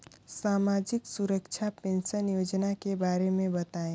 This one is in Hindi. सामाजिक सुरक्षा पेंशन योजना के बारे में बताएँ?